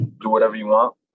do-whatever-you-want